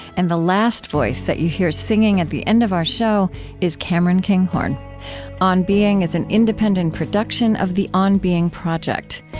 and the last voice that you hear singing at the end of our show is cameron kinghorn on being is an independent production of the on being project.